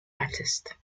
artist